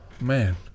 man